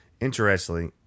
Interestingly